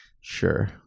Sure